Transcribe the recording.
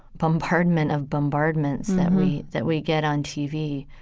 bombardment of bombardments that we that we get on tv?